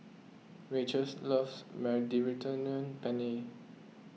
Rachael's loves Mediterranean Penne